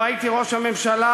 לו הייתי ראש הממשלה,